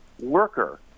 worker